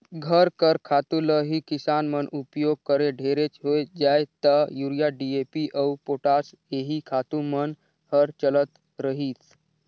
घर कर खातू ल ही किसान मन उपियोग करें ढेरेच होए जाए ता यूरिया, डी.ए.पी अउ पोटास एही खातू मन हर चलत रहिस